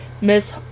Miss